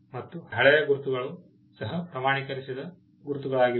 ಮತ್ತು ಹಳೆಯ ಗುರುತುಗಳು ಸಹ ಪ್ರಮಾಣೀಕರಿಸಿದ ಗುರುತುಗಳಾಗಿವೆ